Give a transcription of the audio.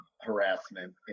harassment